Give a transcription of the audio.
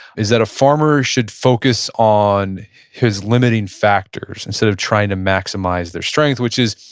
is that a farmer should focus on his limiting factors instead of trying to maximize their strength. which is,